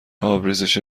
آبریزش